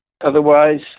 Otherwise